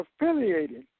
affiliated